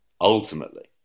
Ultimately